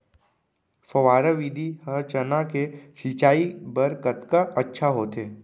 फव्वारा विधि ह चना के सिंचाई बर कतका अच्छा होथे?